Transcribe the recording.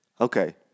Okay